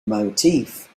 motif